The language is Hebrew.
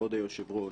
כבוד היושב-ראש